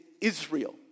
Israel